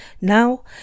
Now